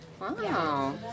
Wow